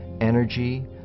energy